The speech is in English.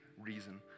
reason